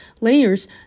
layers